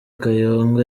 kayonga